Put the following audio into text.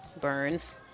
burns